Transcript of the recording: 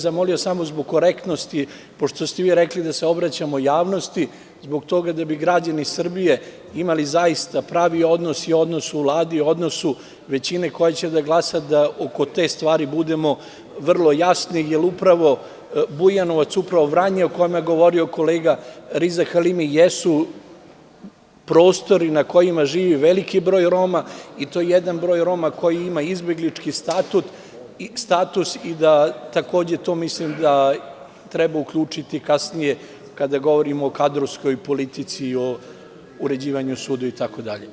Zamolio bih samo zbog korektnosti, pošto ste vi rekli da se obraćamo javnosti, zbog toga da bi građani Srbije imali zaista pravi odnos i odnos u Vladi, odnos većine koja će da glasa, da oko te stvari budemo vrlo jasni, jer upravo Bujanovac, upravo Vranje o kome je govorio kolega Riza Halimi, jesu prostori na kojima živi veliki broj Roma i to jedan broj Roma koji ima izbeglički status i takođe mislim da treba to uključiti kasnije, kada govorimo o kadrovskoj politici i o uređivanju suda itd.